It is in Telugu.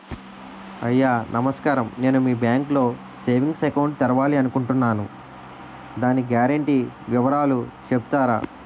అయ్యా నమస్కారం నేను మీ బ్యాంక్ లో సేవింగ్స్ అకౌంట్ తెరవాలి అనుకుంటున్నాను దాని గ్యారంటీ వివరాలు చెప్తారా?